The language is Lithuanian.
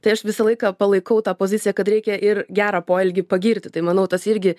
tai aš visą laiką palaikau tą poziciją kad reikia ir gerą poelgį pagirti tai manau tas irgi